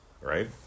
right